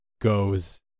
goes